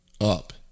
Up